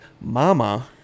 Mama